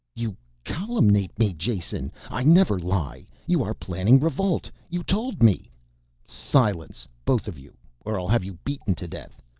you caluminate me, jason! i never lie you are planning revolt. you told me silence both of you, or i'll have you beaten to death.